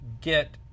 get